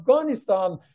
Afghanistan